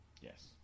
yes